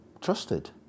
trusted